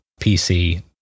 PC